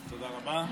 תודה רבה,